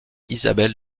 isabelle